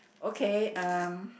okay um